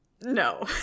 No